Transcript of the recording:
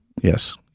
yes